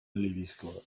ливийского